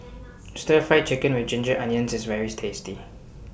Stir Fry Chicken with Ginger Onions IS very tasty